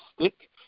stick